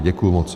Děkuji moc.